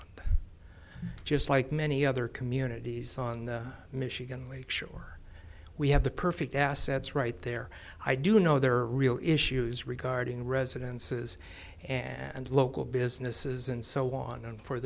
holland just like many other communities on the michigan lake shore we have the perfect assets right there i do know there are real issues regarding residences and local businesses and so on and